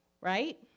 right